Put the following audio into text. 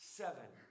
seven